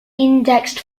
indexed